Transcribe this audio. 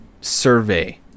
survey